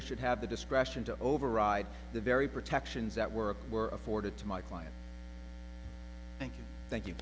should have the discretion to override the very protections that work were afforded to my client thank you thank you